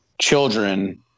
children